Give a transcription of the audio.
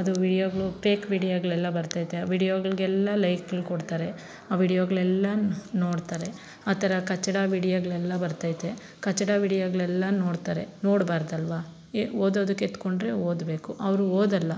ಅದು ವಿಡಿಯೋಗಳು ಪೇಕ್ ವಿಡಿಯೋಗಳೆಲ್ಲಾ ಬರ್ತೈತೆ ವಿಡಿಯೋಗಳಿಗೆಲ್ಲಾ ಲೈಕ್ಗೊಳ ಕೊಡ್ತಾರೆ ಆ ವಿಡಿಯೋಗಳೆಲ್ಲಾ ನೋಡ್ತಾರೆ ಆ ಥರ ಕಚಡ ವಿಡಿಯೋಗಳೆಲ್ಲಾ ಬರ್ತೈತೆ ಕಚಡ ವಿಡಿಯೋಗಳೆಲ್ಲಾ ನೋಡ್ತಾರೆ ನೋಡಬಾರ್ದಲ್ವ ಎ ಓದೋದಕ್ಕೆ ಎತ್ಕೊಂಡರೆ ಓದಬೇಕು ಅವರು ಓದಲ್ಲ